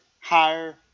higher